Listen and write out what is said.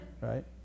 right